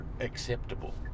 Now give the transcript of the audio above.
acceptable